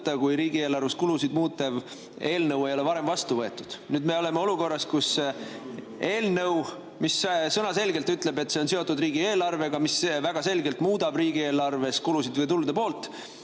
kui riigieelarve kulusid muutev eelnõu ei ole varem vastu võetud. Me oleme olukorras, kus eelnõu, mis sõnaselgelt on seotud riigieelarvega ja mis väga selgelt muudab riigieelarve kulude või tulude osa,